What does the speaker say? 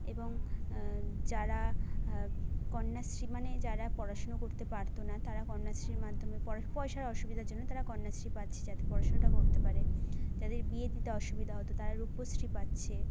এবং যারা কন্যাশ্রী মানে যারা পড়াশোনা করতে পারতো না তারা কন্যাশ্রীর মাধ্যমে পয়সার অসুবিধার জন্য তারা কন্যাশ্রী পাচ্ছে যাতে পড়াশোনাটা করতে পারে যাদের বিয়ে দিতে অসুবিধা হতো তারা রূপশ্রী পাচ্ছে